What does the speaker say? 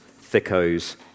thickos